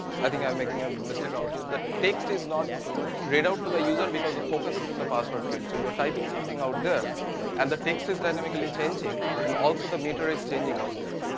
i think i am making a mistake out here. the text is not read out to the user and because the focus is on the password field so you are typing something out there and the text is dynamically changing, and also the meter is changing out there.